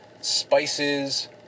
spices